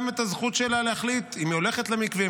את הזכות שלה להחליט אם היא הולכת למקווה,